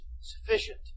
sufficient